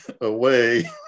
away